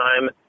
time